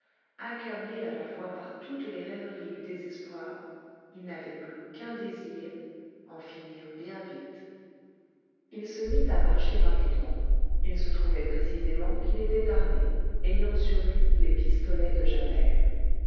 accablé à la fois par toutes les rêveries du désespoir il n'avait plus qu'un désir en finir bien vite il se mit à marcher rapidement il se trouvait précisément qu'il était armé ayant sur lui les pistolets de javert